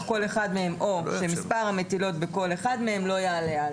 כל אחד מהם או מספר המטילות בכל אחד מהם לא יעלה על".